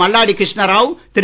Malladi Krishnarao Thiru